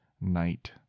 night